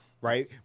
right